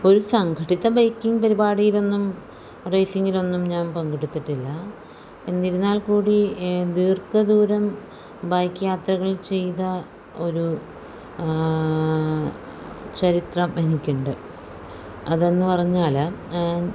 ഒരു സംഘടത ബൈക്കിംഗ് പരിപാടിയിലൊന്നും റെയ്സിങ്ങിലൊന്നും ഞാൻ പങ്കെടുത്തിട്ടില്ല എന്നിരുന്നാൽക്കൂടി ദീർഘദൂരം ബൈക്ക് യാത്രകൾ ചെയ്ത ഒരു ചരിത്രം എനിക്കുണ്ട് അതെന്നു പറഞ്ഞാൽ